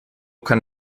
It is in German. kann